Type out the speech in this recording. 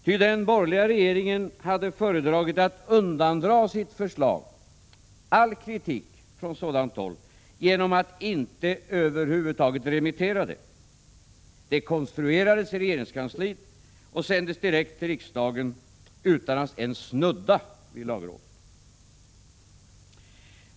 Ty den borgerliga regeringen hade föredragit att undandra sitt förslag all kritik från sådant håll genom att över huvud taget inte remittera förslaget. Det konstruerades i regeringskansliet och sändes direkt till riksdagen utan att ens snudda vid lagrådet.